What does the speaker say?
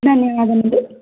ధన్యవాదమండి